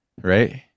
Right